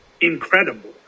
incredible